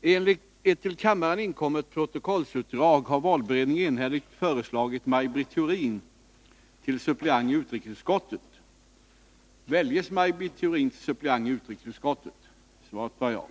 föreslagit att antalet suppleanter i utrikesutskottet, som f. n. är 16, skall utökas till 17. Jag hemställer att antalet suppleanter i utrikesutskottet bestäms till 17.